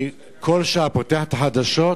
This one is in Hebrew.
אני כל שעה פותח את החדשות,